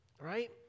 right